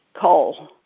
coal